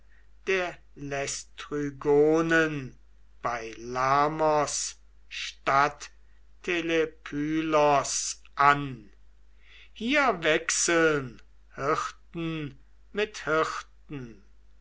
der laistrygonen bei lamos stadt telepylos an hier wechseln hirten mit hirten